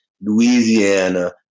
Louisiana